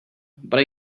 but